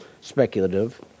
speculative